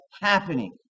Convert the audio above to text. happening